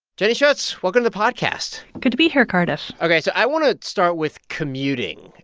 jenny schuetz, welcome to the podcast good to be here, cardiff ok. so i want to start with commuting.